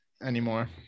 anymore